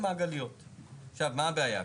מה הבעיה כאן?